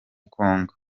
congo